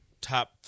top